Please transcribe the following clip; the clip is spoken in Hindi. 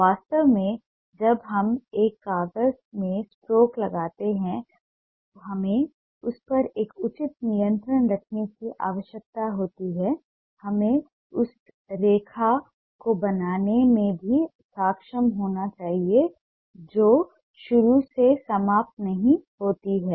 वास्तव में जब हम एक कागज पर स्ट्रोक लगाते हैं तो हमें उस पर एक उचित नियंत्रण रखने की आवश्यकता होती है हमें उस रेखा को बनाने में भी सक्षम होना चाहिए जो शुरू और समाप्त नहीं होती है